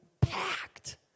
packed